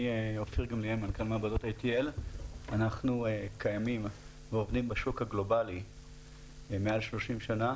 אני מנכ"ל מעבדות ITL. אנחנו קיימים ועובדים בשוק הגלובלי מעל 30 שנים,